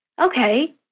Okay